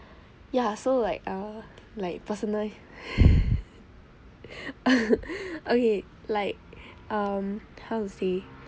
ya so like uh like personally okay like um how to say